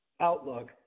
outlook